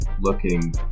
looking